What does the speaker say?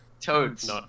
Toads